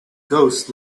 ghost